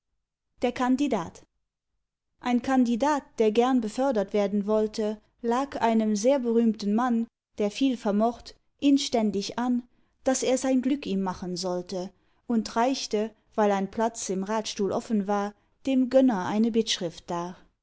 der kandidat ein kandidat der gern befördert werden wollte lag einem sehr berühmten mann der viel vermocht inständig an daß er sein glück ihm machen sollte und reichte weil ein platz im ratstuhl offen war dem gönner eine bittschrift dar